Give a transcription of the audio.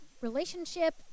relationship